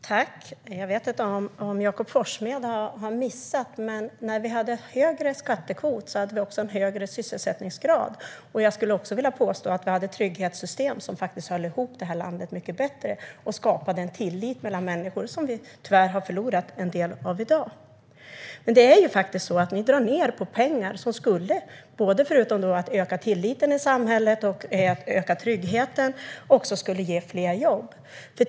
Herr talman! Jag vet inte om Jakob Forssmed har missat det, men när vi hade en högre skattekvot hade vi också en högre sysselsättningsgrad. Jag skulle också vilja påstå att vi hade trygghetssystem som höll ihop det här landet mycket bättre och skapade en tillit mellan människor som vi tyvärr har förlorat en del av i dag. Ni drar ned på pengar som förutom att de skulle öka tilliten och tryggheten i samhället skulle ge fler jobb.